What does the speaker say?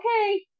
okay